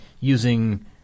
using